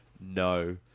no